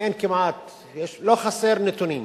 לא חסרים נתונים.